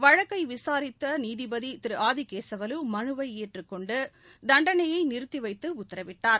வழக்கைவிசாரித்தநீதிபதிதிருஆதிகேசவலு மனுவைஏற்றுக்கொண்டுதண்டனையைநிறத்திவைத்துஉத்தரவிட்டார்